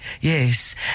Yes